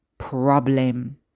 Problem